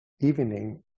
evening